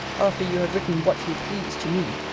after you have written what you pleased to me,